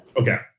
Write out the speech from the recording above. Okay